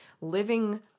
living